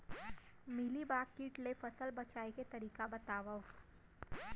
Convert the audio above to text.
Mealybug किट ले फसल बचाए के तरीका बतावव?